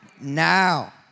now